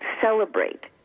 celebrate